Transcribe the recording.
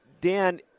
Dan